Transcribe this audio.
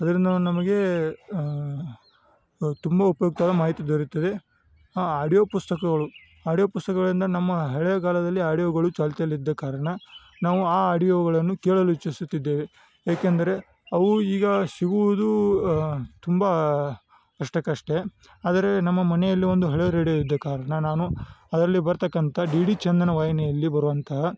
ಅದರಿಂದ ನಮಗೇ ತುಂಬ ಉಪಯುಕ್ತವಾದ ಮಾಹಿತಿ ದೊರೆಯುತ್ತದೆ ಆಡಿಯೋ ಪುಸ್ತಕಗಳು ಆಡಿಯೋ ಪುಸ್ತಕಗಳಿಂದ ನಮ್ಮ ಹಳೇಗಾಲದಲ್ಲಿ ಆಡಿಯೋಗಳು ಚಾಲ್ತಿಯಲ್ಲಿದ್ದ ಕಾರಣ ನಾವು ಆ ಆಡಿಯೋಗಳನ್ನು ಕೇಳಲು ಇಚ್ಛಿಸುತ್ತಿದ್ದೇವೆ ಏಕೆಂದರೆ ಅವು ಈಗ ಸಿಗುವುದು ತುಂಬ ಅಷ್ಟಕ್ಕೆ ಅಷ್ಟೇ ಆದರೆ ನಮ್ಮ ಮನೆಯಲ್ಲಿ ಒಂದು ಹಳೆ ರೇಡಿಯೋ ಇದ್ದ ಕಾರಣ ನಾನು ಅದರಲ್ಲಿ ಬರ್ತಕ್ಕಂಥ ಡಿ ಡಿ ಚಂದನ ವಾಹಿನಿಯಲ್ಲಿ ಬರುವಂತಹ